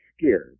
scared